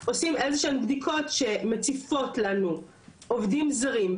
עושים איזה שהם בדיקות שמציפות לנו עובדים זרים,